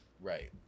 Right